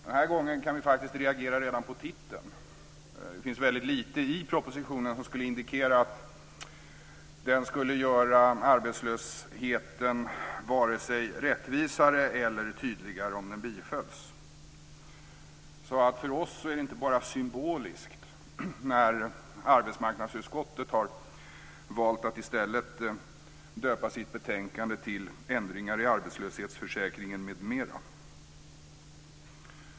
Den här gången kan vi reagera redan på titeln. Det finns väldigt lite i propositionen som indikerar att den skulle göra arbetslösheten vare sig rättvisare eller tydligare om den bifölls. För oss är det inte bara symboliskt när arbetsmarknadsutskottet har valt att i stället döpa sitt betänkande till Ändringar i arbetslöshetsförsäkringen m.m.